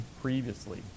previously